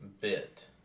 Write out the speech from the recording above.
bit